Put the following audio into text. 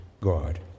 God